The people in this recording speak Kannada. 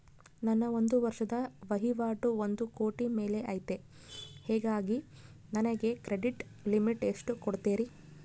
ನನ್ನ ಒಂದು ವರ್ಷದ ವಹಿವಾಟು ಒಂದು ಕೋಟಿ ಮೇಲೆ ಐತೆ ಹೇಗಾಗಿ ನನಗೆ ಕ್ರೆಡಿಟ್ ಲಿಮಿಟ್ ಎಷ್ಟು ಕೊಡ್ತೇರಿ?